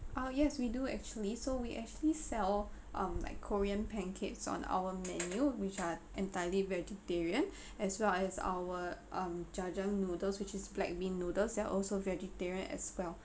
uh yes we do actually so we actually sell um like korean pancakes on our menu which are entirely vegetarian as well as our um jajang noodles which is black bean noodles that are also vegetarian as well